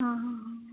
हां हां हां